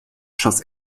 schoss